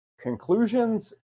conclusions